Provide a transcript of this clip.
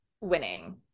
winning